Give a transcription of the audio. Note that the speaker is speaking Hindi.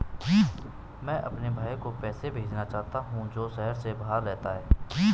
मैं अपने भाई को पैसे भेजना चाहता हूँ जो शहर से बाहर रहता है